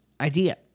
idea